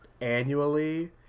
annually